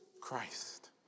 Christ